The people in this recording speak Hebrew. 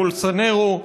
בולסונרו,